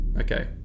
okay